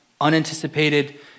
unanticipated